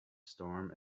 storm